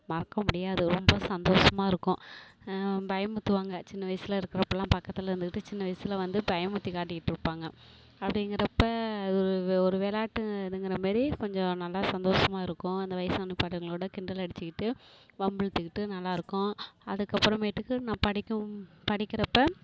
மறக்க முடியாது ரொம்ப சந்தோஷமா இருக்கும் பயமுறுத்துவாங்க சின்ன வயசுல இருக்கிறப்பெல்லாம் பக்கத்தில் இருந்துக்கிட்டு சின்ன வயசுல வந்து பயமுறுத்தி காட்டிக்கிட்டிருப்பாங்க அப்படிங்கிறப்ப அது ஒரு ஒரு வெளாட்டு இதுங்கிறமாரி கொஞ்சம் நல்லா சந்தோஷமா இருக்கும் அந்த வயசான பாட்டிங்களோடய கிண்டல் அடித்துக்கிட்டு வம்பு இழுத்துக்கிட்டு நல்லா இருக்கும் அதுக்கப்புறமேட்டுக்கு நான் படிக்கவும் படிக்கிறப்போ